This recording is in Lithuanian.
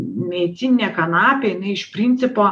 medicininė kanapė jinai iš principo